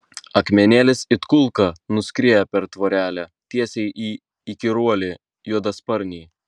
akmenėlis it kulka nuskrieja per tvorelę tiesiai į įkyruolį juodasparnį